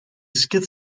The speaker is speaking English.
skid